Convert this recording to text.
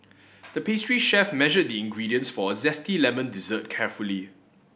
the pastry chef measured the ingredients for a zesty lemon dessert carefully